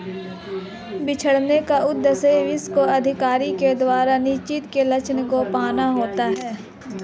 बिछड़ने का उद्देश्य विशेष अधिकारी के द्वारा निश्चित लक्ष्य को पाना होता है